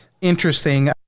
interesting